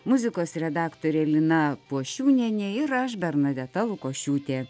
muzikos redaktorė lina pošiūnienė ir aš bernadeta lukošiūtė